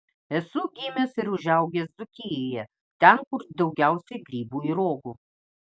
esu gimęs ir užaugęs dzūkijoje ten kur daugiausiai grybų ir uogų